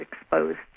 exposed